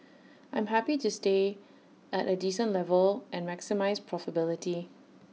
I'm happy to stay at A decent level and maximise profitability